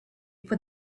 put